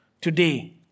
today